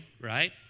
right